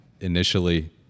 initially